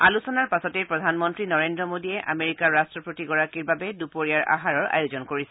আলোচনাৰ পাছতে প্ৰধানমন্ত্ৰী নৰেন্দ্ৰ মোদীয়ে আমেৰিকাৰ ৰাট্টপতিগৰাকীৰ বাবে দুপৰীয়াৰ আহাৰৰ আয়োজন কৰিছে